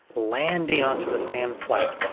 landing onto the sand flat,